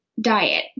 diet